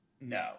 no